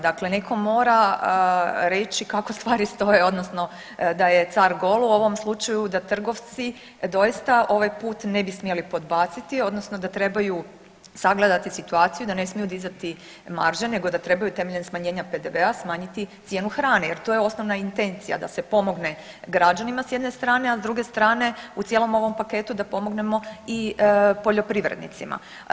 Dakle, neko mora reći kako stvari stoje odnosno da je car gol u ovom slučaju da trgovci doista ovaj put ne bi smjeli podbaciti odnosno da trebaju sagledati situaciju i da ne smiju dizati marže nego da trebaju temeljem smanjenja PDV-a smanjiti cijenu hrane jer to je osnovna intencija da se pomogne građanima s jedne strane, a s druge strane u cijelom ovom paketu da pomognemo i poljoprivrednicima.